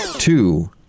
Two